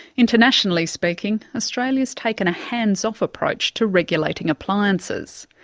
internationally speaking, australia's taken a hands-off approach to regulating appliances.